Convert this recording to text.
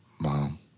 Mom